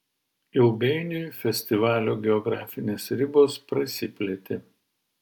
ilgainiui festivalio geografinės ribos prasiplėtė